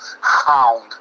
hound